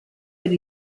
per